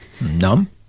Numb